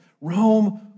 Rome